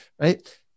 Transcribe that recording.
right